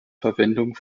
verwendung